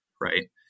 right